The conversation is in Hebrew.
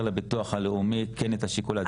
למוסד לביטוח הלאומי כן את השיקול לצעד הזה.